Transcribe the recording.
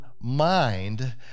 mind